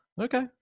Okay